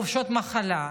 חופשות מחלה,